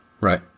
Right